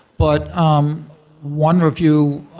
but um one review,